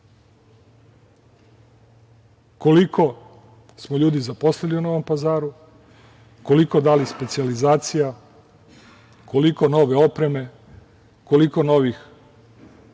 Koliko smo ljudi zaposlili u Novom Pazaru, koliko dali specijalizacija, koliko nove opreme, koliko novih,